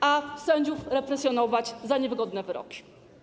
a sędziów - represjonować za niewygodne wyroki.